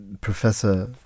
Professor